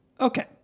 Okay